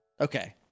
Okay